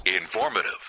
Informative